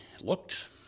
looked